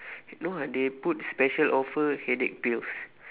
no ah they put special offer headache pills